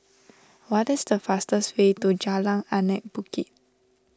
what is the fastest way to Jalan Anak Bukit